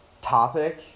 topic